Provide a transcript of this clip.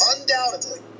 undoubtedly